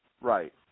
Right